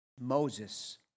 Moses